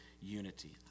unity